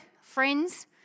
friends